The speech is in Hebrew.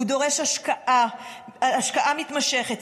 הוא דורש השקעה מתמשכת,